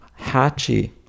Hachi